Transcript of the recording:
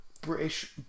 British